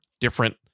different